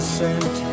sent